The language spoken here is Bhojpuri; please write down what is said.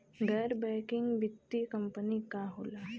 गैर बैकिंग वित्तीय कंपनी का होला?